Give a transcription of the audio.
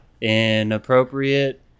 Inappropriate